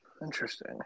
Interesting